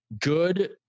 good